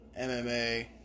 MMA